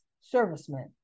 servicemen